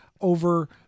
over